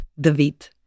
David